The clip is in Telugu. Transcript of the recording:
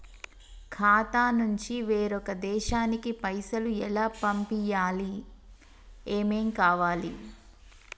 ఖాతా నుంచి వేరొక దేశానికి పైసలు ఎలా పంపియ్యాలి? ఏమేం కావాలి?